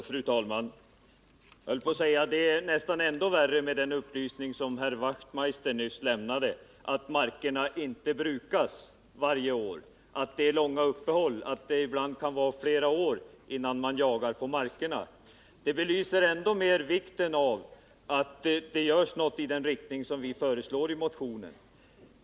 Fru talman! Det blir ännu värre, höll jag på att säga, med den upplysning som herr Wachtmeister nyss lämnade — att markerna inte brukas varje år, att det är långa uppehåll, att det ibland kan gå flera år innan man jagar på markerna. Det belyser ännu klarare vikten av att det görs något i den riktning som vi föreslår i motionen.